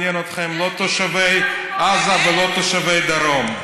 תסתכל על הרשימה המשותפת, כמה מעניין אותם.